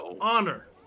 honor